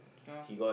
yeah